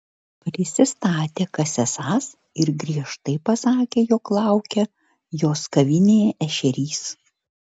prisistatė kas esąs ir griežtai pasakė jog laukia jos kavinėje ešerys